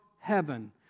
heaven